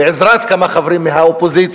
בעזרת כמה חברים מהאופוזיציה,